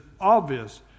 obvious